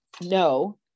no